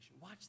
Watch